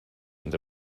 and